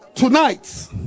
Tonight